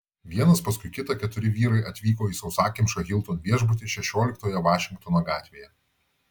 vienas paskui kitą keturi vyrai atvyko į sausakimšą hilton viešbutį šešioliktoje vašingtono gatvėje